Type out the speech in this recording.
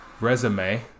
resume